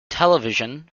television